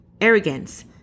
arrogance